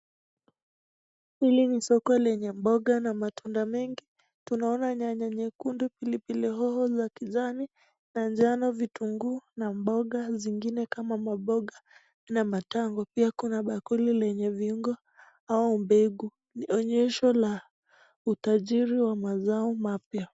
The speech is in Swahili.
Hili ni soko lenye mboga na matunda mengi. Tunaona nyanya nyekundu, pilipili hoho za kijani, manjao, vitunguu na mboga zingine kama maboga na matambo. Pia kuna bakuli lenye vingo au mbegu. Ni onyesho la utajiri wa mazao mapya.